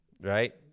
Right